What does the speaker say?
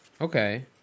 Okay